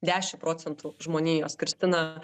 dešim procentų žmonijos kristina